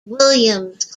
williams